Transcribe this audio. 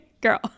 girl